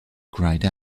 cried